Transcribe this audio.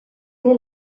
que